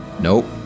Nope